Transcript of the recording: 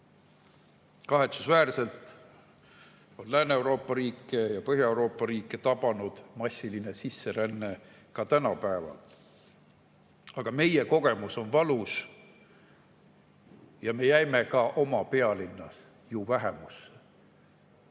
Kahetsusväärselt on Lääne-Euroopa riike ja Põhja-Euroopa riike tabanud massiline sisseränne ka tänapäeval. Aga meie kogemus on valus. Me jäime ka oma pealinnas ju vähemusse.